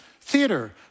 theater